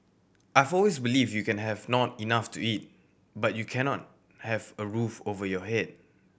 I've always believed you can have not enough to eat but you cannot not have a roof over your head